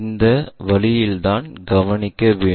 இந்த வழியில்தான் கவனிக்க வேண்டும்